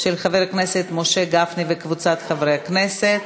של חבר הכנסת משה גפני וקבוצת חברי הכנסת.